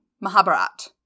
Mahabharat